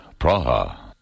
Praha